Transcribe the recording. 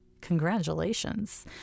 congratulations